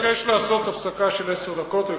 אני מבקש לעשות הפסקה של עשר דקות.